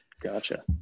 gotcha